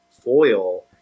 foil